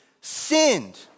sinned